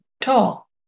tall